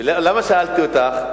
ולמה שאלתי אותך?